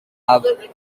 have